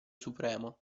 supremo